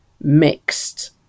mixed